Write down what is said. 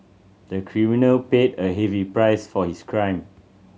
the criminal paid a heavy price for his crime